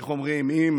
איך אומרים, אם